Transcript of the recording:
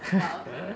but okay